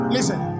Listen